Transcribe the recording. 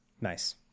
Nice